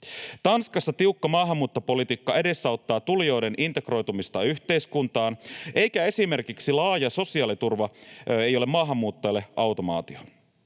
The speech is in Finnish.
Tanskassa tiukka maahanmuuttopolitiikka edesauttaa tulijoiden integroitumista yhteiskuntaan eikä esimerkiksi laaja sosiaaliturva ole maahanmuuttajalle automaatio.